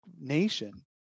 nation